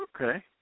Okay